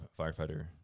firefighter